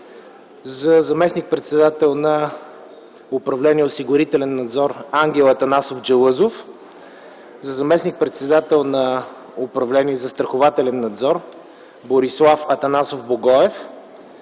за заместник-председател на управление „Осигурителен надзор” – Ангел Атанасов Джалъзов; - за заместник-председател на управление „Застрахователен надзор” – Борислав Атанасов Богоев;